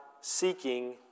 seeking